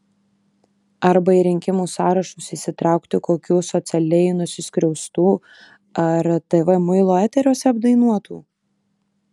arba į rinkimų sąrašus įsitraukti kokių socialiai nusiskriaustų ar tv muilo eteriuose apdainuotų